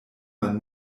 man